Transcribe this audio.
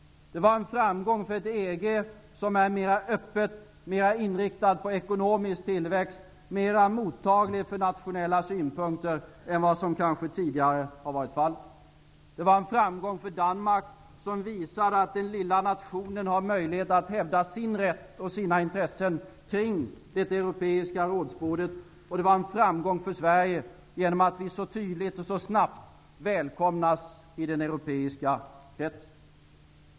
Det var en framgång för ett EG som är mer öppet, mer inriktat på ekonomisk tillväxt och mer mottagligt för nationella synpunkter än vad som kanske tidigare har varit fallet. Det var en framgång för Danmark, vilket visar att den lilla nationen har en möjlighet att hävda sin rätt och sina intressen kring bordet i det europeiska rådet. Det var en framgång för Sverige genom att vi så tydligt och så snabbt välkomnas i den europeiska kretsen.